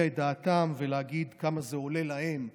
את דעתם ולהגיד כמה זה עולה להם לעשות.